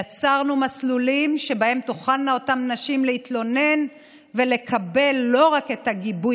יצרנו מסלולים שבהם תוכלנה אותן נשים להתלונן ולקבל לא רק את הגיבוי